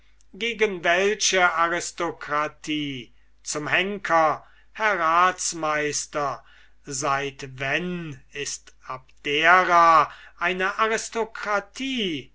gegen welche aristokratie zum henker herr ratsmeister seit wenn ist abdera eine aristokratie